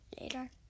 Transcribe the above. Later